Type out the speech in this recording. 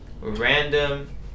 random